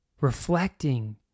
reflecting